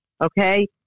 okay